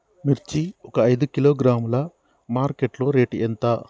మిర్చి ఒక ఐదు కిలోగ్రాముల మార్కెట్ లో రేటు ఎంత?